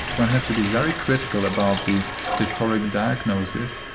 one has to be very critical about the historical diagnosis.